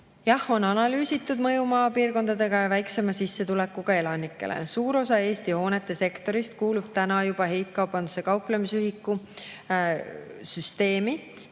Jah, on analüüsitud mõju maapiirkondadele ja väiksema sissetulekuga elanikele. Suur osa Eesti hoonetesektorist kuulub täna heitkaubanduse kauplemisühiku süsteemi,